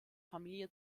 familie